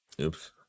Oops